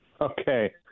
okay